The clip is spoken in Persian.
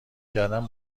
کردن